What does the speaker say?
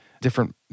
different